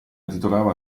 intitolata